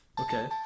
Okay